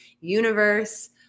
universe